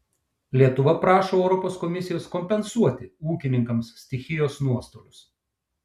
lietuva prašo europos komisijos kompensuoti ūkininkams stichijos nuostolius